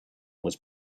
was